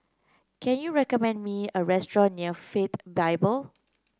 can you recommend me a restaurant near Faith Bible